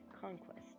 conquest